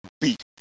beat